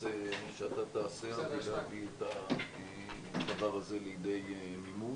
שאתה תעשה כדי להביא את הדבר הזה לידי מימוש.